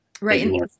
right